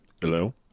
Hello